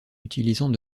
utilisant